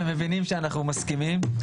ומבינים שאנחנו מסכימים.